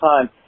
time